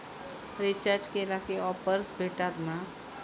Recharge केला की offers भेटात मा?